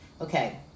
Okay